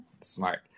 Smart